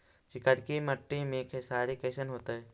चिकनकी मट्टी मे खेसारी कैसन होतै?